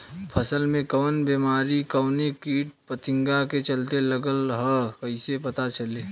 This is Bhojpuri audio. फसल में कवन बेमारी कवने कीट फतिंगा के चलते लगल ह कइसे पता चली?